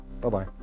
bye-bye